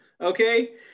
Okay